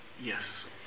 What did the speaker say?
Yes